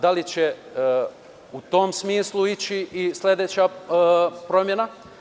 Da li će u tom smislu ići i sledeća promena?